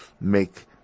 make